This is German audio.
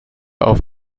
auf